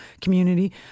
community